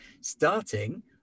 starting